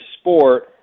sport